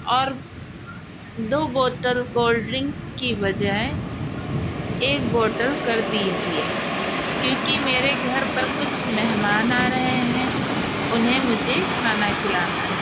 اور دو بوتل کولڈ ڈرنکس کے بجائے ایک بوٹل کر دیجیے کیوں کہ میرے گھر پر کچھ مہمان آ رہے ہیں انہیں مجھے کھانا کھلانا ہے